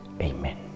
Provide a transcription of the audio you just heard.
Amen